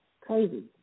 Crazy